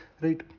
right